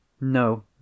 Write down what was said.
No